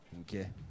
Okay